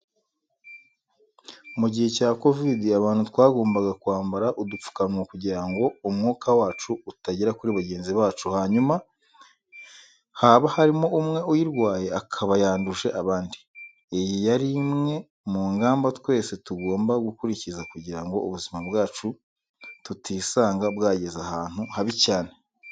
Mu gihe cya kovidi abantu twagombaga kwambara udupfukamunwa kugira ngo umwuka wacu utagera kuri bagenzi bacu hanyuma haba harimo umwe uyirwaye akaba yanduje abandi. Iyi yari imwe mu ngamba twese tugomba gukurikiza kugira ngo ubuzima bwacu tutisanga bwageze ahantu habi cyane.